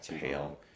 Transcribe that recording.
pale